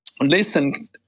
listen